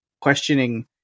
questioning